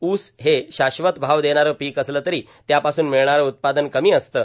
ऊस हे शाश्वत भाव देणारं पीक असलं तरी त्यापासून ामळणारं उत्पादन कमी असतं